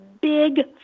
big